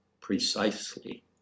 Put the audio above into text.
precisely